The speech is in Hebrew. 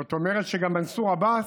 זאת אומרת שגם מנסור עבאס,